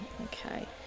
Okay